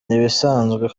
ntibisanzwe